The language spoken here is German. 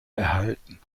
erhalten